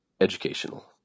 educational